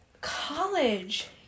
college